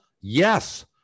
Yes